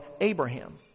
Abraham